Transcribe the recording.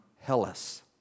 Hellas